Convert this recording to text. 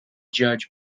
judge